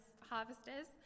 harvesters